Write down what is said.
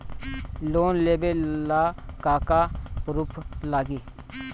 Loan लेबे ला का का पुरुफ लागि?